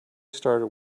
started